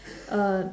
uh